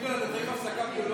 גדעון, אתה צריך הפסקה ביולוגית?